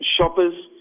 shoppers